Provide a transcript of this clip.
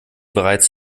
bereits